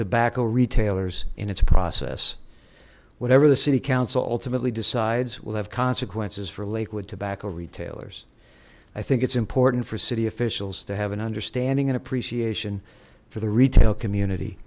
tobacco retailers in its process whatever the city council ultimately decides will have consequences for lakewood tobacco retailers i think it's important for city officials to have an understanding and appreciation for the retail community